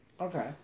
Okay